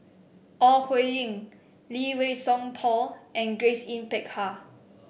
Ore Huiying Lee Wei Song Paul and Grace Yin Peck Ha